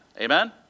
Amen